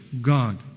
God